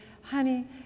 honey